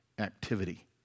activity